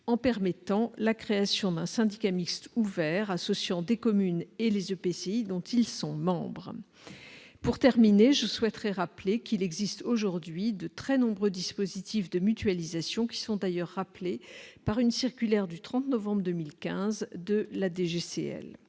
en permettant la création d'un syndicat mixte ouvert associant des communes et les EPCI dont ils sont membres. Je souhaiterais enfin rappeler qu'il existe aujourd'hui de très nombreux dispositifs de mutualisation, qui sont d'ailleurs rappelés par une circulaire du 30 novembre 2015 de la